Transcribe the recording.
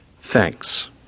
Thanks